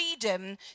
freedom